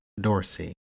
Dorsey